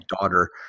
daughter